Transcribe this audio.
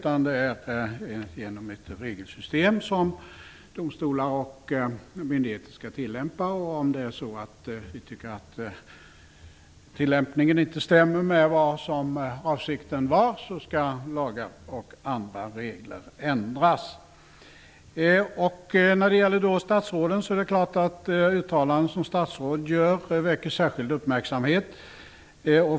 Domstolar och myndigheter skall tillämpa ett regelsystem. Om vi tycker att tillämpningen inte stämmer med avsikten skall lagar och andra regler ändras. Uttalanden som statsråd gör väcker särskild uppmärksamhet.